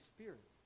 Spirit